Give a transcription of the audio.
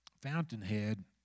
fountainhead